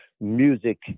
music